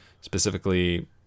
Specifically